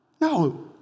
No